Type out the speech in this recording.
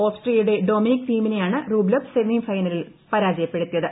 ഓസ്ട്രിയയുടെ Dominic തീമിനെയാണ് Rublev സെമിഫൈനലിൽ പരാജയപ്പെടുത്തിയത്